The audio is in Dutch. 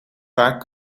vaak